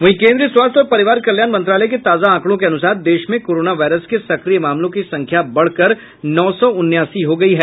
वहीं केन्द्रीय स्वास्थ्य और परिवार कल्याण मंत्रालय के ताजा आंकड़ों के अनुसार देश में कोरोना वायरस के सक्रिय मामलों की संख्या बढ़कर नौ सौ उनासी हो गयी है